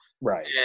Right